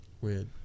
Weird